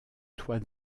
toit